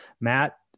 Matt